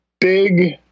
big